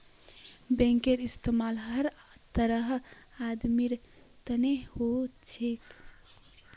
बैंकेर इस्तमाल हर तरहर आदमीर तने हो छेक